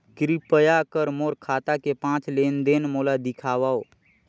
कृपया कर मोर खाता के पांच लेन देन मोला दिखावव